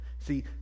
See